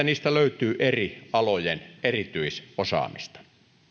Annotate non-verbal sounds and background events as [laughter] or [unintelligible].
[unintelligible] niistä löytyy eri alojen erityisosaamista